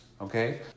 Okay